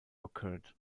occurred